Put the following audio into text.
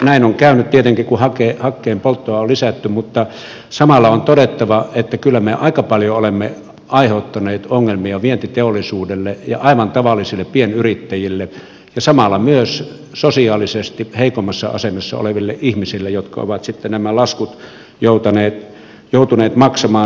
näin on käynyt tietenkin kun hakkeen polttoa on lisätty mutta samalla on todettava että kyllä me aika paljon olemme aiheuttaneet ongelmia vientiteollisuudelle ja aivan tavallisille pienyrittäjille ja samalla myös sosiaalisesti heikommassa asemassa oleville ihmisille jotka ovat sitten nämä laskut joutuneet maksamaan